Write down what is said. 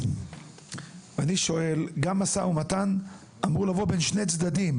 גם משא ומתן אמור לבוא בין שני צדדים.